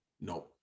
no